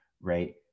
right